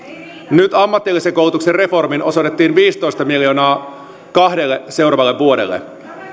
nyt ammatillisen koulutuksen reformiin osoitettiin viisitoista miljoonaa kahdelle seuraavalle vuodelle